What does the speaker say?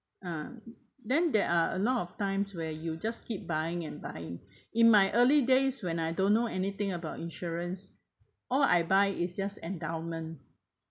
uh there are a lot of times where you just keep buying and buying in my early days when I don't know anything about insurance all I buy is just endowment